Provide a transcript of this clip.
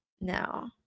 No